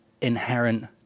inherent